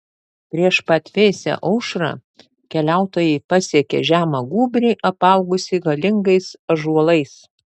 prieš pat vėsią aušrą keliautojai pasiekė žemą gūbrį apaugusį galingais ąžuolais